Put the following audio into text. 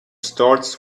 starts